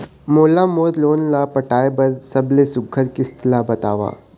मोला मोर लोन ला पटाए बर सबले सुघ्घर किस्त ला बताव?